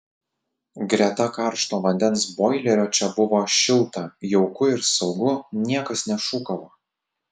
greta karšto vandens boilerio čia buvo šilta jauku ir saugu niekas nešūkavo